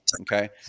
Okay